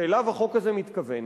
שאליו החוק הזה מתכוון.